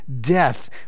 death